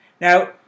Now